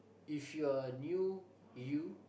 if you are knew you